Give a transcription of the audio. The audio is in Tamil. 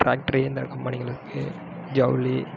ஃபேக்ட்ரி இந்த கம்பெனிகள் இருக்குது ஜவுளி